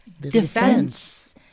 defense